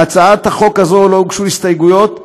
להצעת החוק הזאת לא הוגשו הסתייגויות,